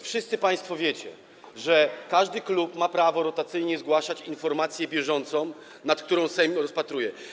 Wszyscy państwo wiecie, że każdy klub ma prawo rotacyjnie zgłaszać temat informacji bieżącej, którą Sejm rozpatruje.